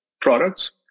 products